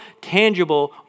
tangible